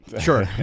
sure